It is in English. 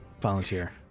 volunteer